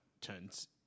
turns